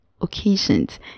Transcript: occasions